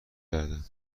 کردم